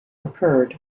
occurred